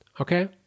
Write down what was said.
okay